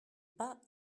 pas